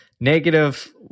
Negative